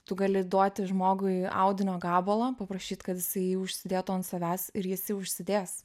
tu gali duoti žmogui audinio gabalą paprašyt kad jisai užsidėtų ant savęs ir jis užsidės